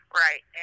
right